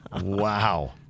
Wow